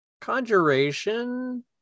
Conjuration